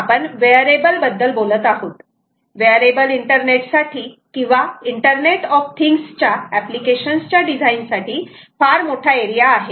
तेव्हा आपण वेअरेबल बद्दल बोलत आहोत वेअरेबल इंटरनेट साठी किंवा इंटरनेट ऑफ थिंग्स च्या ऍप्लिकेशन्स च्या डिझाइन साठी फार मोठा एरिया आहे